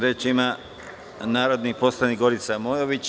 Reč ima narodni poslanik Gorica Mojović.